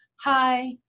Hi